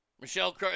Michelle